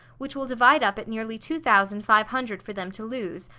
which will divide up at nearly two thousand five hundred for them to lose,